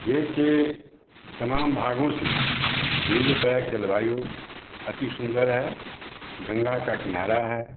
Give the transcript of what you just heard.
देश के तमाम भागों से बेगूसराय की जलवायु अति सुंदर है गंगा का किनारा है